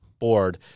board